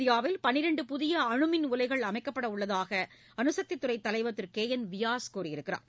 இந்தியாவில் பனிரெண்டு புதிய அனுமின் உலைகள் அமைக்கப்பட உள்ளதாக அனுசக்தித் துறை தலைவர் திரு கே என் வியாஸ் தெரிவித்துள்ளார்